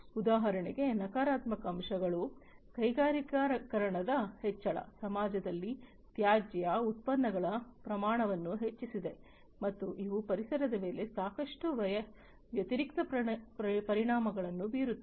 ಉದಾಹರಣೆಗೆ ನಕಾರಾತ್ಮಕ ಅಂಶಗಳು ಕೈಗಾರಿಕರಣದ ಹೆಚ್ಚಳ ಸಮಾಜದಲ್ಲಿ ತ್ಯಾಜ್ಯ ಉತ್ಪನ್ನಗಳ ಪ್ರಮಾಣವನ್ನು ಹೆಚ್ಚಿಸಿದೆ ಮತ್ತು ಇವು ಪರಿಸರದ ಮೇಲೆ ಸಾಕಷ್ಟು ವ್ಯತಿರಿಕ್ತ ಪರಿಣಾಮಗಳನ್ನು ಬೀರುತ್ತವೆ